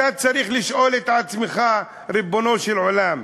אתה צריך לשאול את עצמך: ריבונו של עולם,